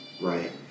right